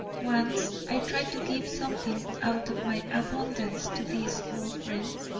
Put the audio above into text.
once i tried to give something out of my abundance to these old friends,